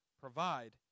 provide